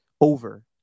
over